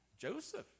Joseph